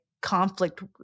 conflict